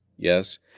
Yes